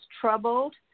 troubled